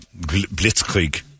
Blitzkrieg